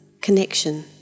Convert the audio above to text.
connection